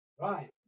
Right